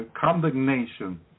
condemnation